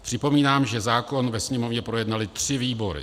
Připomínám, že zákon ve Sněmovně projednaly tři výbory.